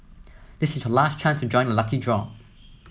this is your last chance to join the lucky draw